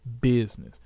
business